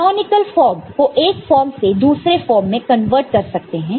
canonical form को एक form से दूसरे फॉर्म में कन्वर्ट कर सकते हैं